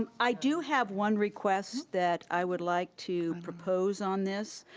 um i do have one request that i would like to propose on this,